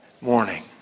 morning